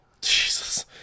Jesus